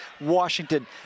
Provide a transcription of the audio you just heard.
Washington